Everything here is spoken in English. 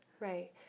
Right